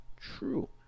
true